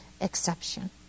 exception